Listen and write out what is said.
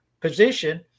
position